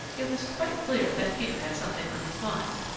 it was quite clear that peter had something on his mind.